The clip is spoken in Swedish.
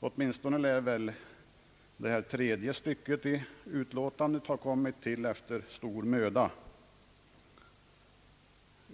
Åtminstone tredje stycket i utskottets uttalande torde ha kommit till under mycket stor möda.